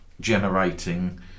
generating